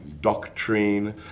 doctrine